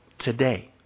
today